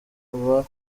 uba